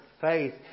faith